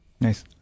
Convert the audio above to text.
Nice